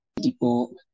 people